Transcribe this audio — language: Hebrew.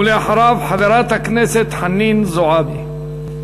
ואחריו, חברת הכנסת חנין זועבי.